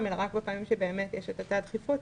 אלא רק בפעמים שבאמת יש את אותה דחיפות.